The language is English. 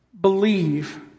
believe